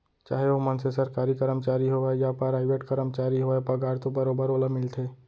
चाहे ओ मनसे सरकारी कमरचारी होवय या पराइवेट करमचारी होवय पगार तो बरोबर ओला मिलथे